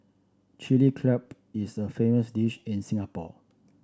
Chilli Crab is a famous dish in Singapore